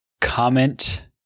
comment